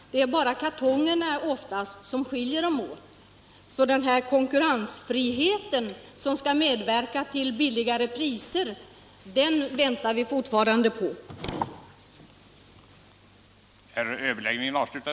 Oftast är det bara kartongerna som skiljer dem åt. Den här konkurrensfriheten som skall medverka till lägre priser väntar vi alltså fortfarande på. den det ej vill röstar nej. den det ej vill röstar nej.